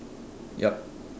yup